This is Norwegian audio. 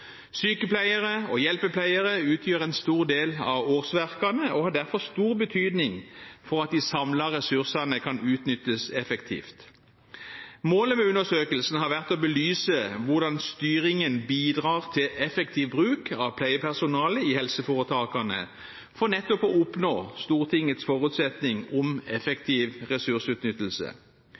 Sykepleiere og hjelpepleiere utgjør en stor del av årsverkene og har derfor stor betydning for at de samlede ressursene utnyttes effektivt. Målet med undersøkelsen har vært å belyse hvordan styringen bidrar til effektiv bruk av pleiepersonalet i helseforetakene for nettopp å oppnå Stortingets forutsetning om effektiv ressursutnyttelse.